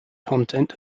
content